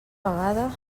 vegada